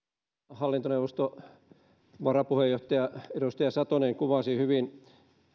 hallintoneuvoston varapuheenjohtaja edustaja satonen kuvasi hyvin